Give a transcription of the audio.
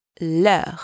leur